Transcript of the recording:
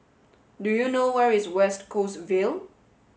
do you know where is West Coast Vale